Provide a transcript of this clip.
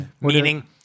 meaning